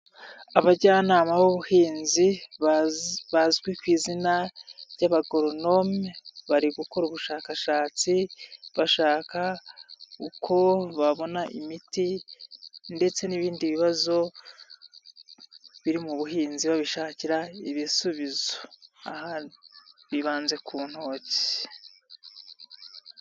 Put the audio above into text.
Abajyanama b'ubuhinzi bazwi ku izina ry'abagoronome bari gukora ubushakashatsi bashaka uko babona imiti ndetse n'ibindi bibazo biri mu buhinzi babishakira ibisubizo, aha bibanze ku ntoki.